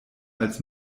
als